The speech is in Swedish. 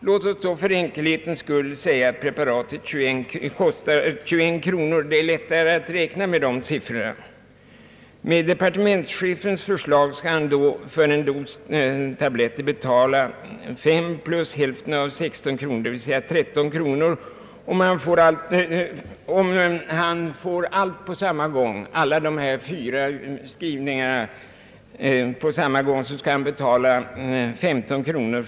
Låt oss för enkelhetens skull säga att preparatet kostar 21 kronor; det är lättare att räkna med den siffran. Enligt departementschefens förslag skall patienten för en dos omfattande 200 tabletter, om han får alla fyra förskrivningarna på samma gång, betala 15 kronor.